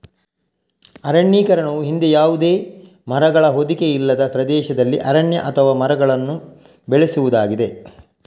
ಅರಣ್ಯೀಕರಣವು ಹಿಂದೆ ಯಾವುದೇ ಮರಗಳ ಹೊದಿಕೆ ಇಲ್ಲದ ಪ್ರದೇಶದಲ್ಲಿ ಅರಣ್ಯ ಅಥವಾ ಮರಗಳನ್ನು ಬೆಳೆಸುವುದಾಗಿದೆ